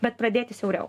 bet pradėti siauriau